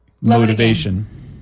motivation